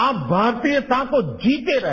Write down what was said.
आप भारतीयता को जीते रहे